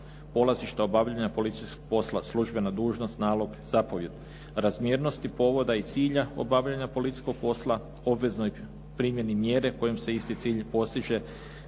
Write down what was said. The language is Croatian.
polazište obavljanja policijskog posla, službena dužnost, nalog, zapovijed, razmjernosti povoda i cilja obavljanja policijskog posla, obveznoj primjeni mjere kojom se isti cilj postiže